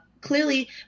Clearly